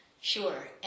Sure